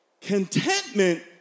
Contentment